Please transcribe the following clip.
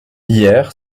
hier